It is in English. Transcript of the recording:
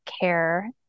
care